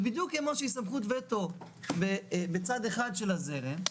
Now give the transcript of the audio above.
ובדיוק כמו שהיא סמכות וטו בצד אחד של הזרם,